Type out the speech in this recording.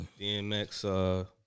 DMX